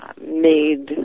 made